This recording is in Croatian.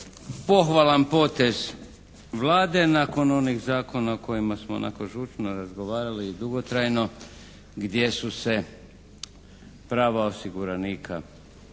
Pohvalan potez Vlade nakon onih zakona o kojima smo onako žučno razgovarali i dugotrajno gdje su se prava osiguranika